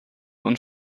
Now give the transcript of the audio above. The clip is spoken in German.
und